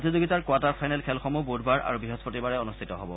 প্ৰতিযোগিতাৰ quarter final খেলসমূহ বুধবাৰ আৰু বৃহস্পতিবাৰে অনুষ্ঠিত হ'ব